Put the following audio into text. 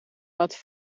laten